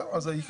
זה גם וגם.